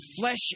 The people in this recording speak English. flesh